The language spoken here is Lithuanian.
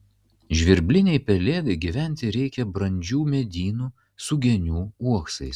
žvirblinei pelėdai gyventi reikia brandžių medynų su genių uoksais